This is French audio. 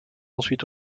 ensuite